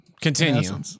Continue